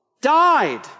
died